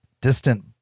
distant